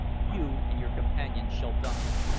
you and your companions shall die!